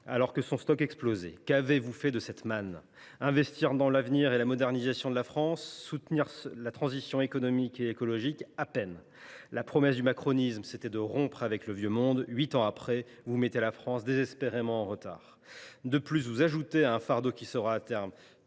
alors que son stock explosait. Qu’avez vous fait de cette manne ? Avez vous investi dans l’avenir et dans la modernisation de la France ? Avez vous soutenu la transition économique et écologique ? À peine ! La promesse du macronisme était de rompre avec le vieux monde ; huit ans plus tard, vous mettez la France désespérément en retard. Vous ajoutez à cela un fardeau qui sera à terme